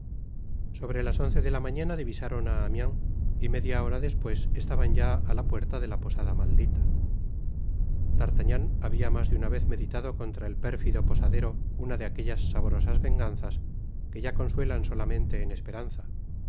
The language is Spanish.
sobre las once de la mañana divisaron á amiens y media hora despues estaban ya á la puesta de la posada maldita d'artagnan habia mas de una vez meditado contra el pérfido posadero una de aquellas sabrosas venganzas que ya consuelan solamente en esperanza